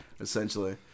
essentially